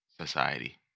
society